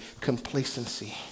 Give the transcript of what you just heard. complacency